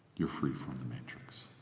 you're free from the matrix.